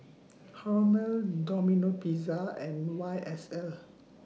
Hormel Domino Pizza and Y S L